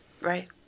Right